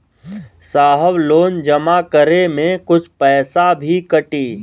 साहब लोन जमा करें में कुछ पैसा भी कटी?